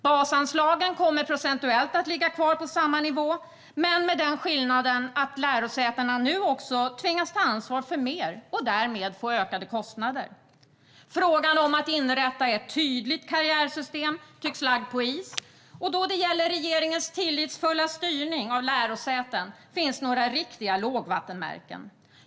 Basanslagen kommer procentuellt att ligga kvar på samma nivå men med den skillnaden att lärosätena nu också tvingas att ta ansvar för mer och därmed får ökade kostnader. Frågan om att inrätta ett tydligt karriärsystem tycks vara lagd på is, och när det gäller regeringens tillitsfulla styrning av lärosäten finns några riktiga lågvattenmärken.